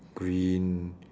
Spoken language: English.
green